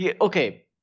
Okay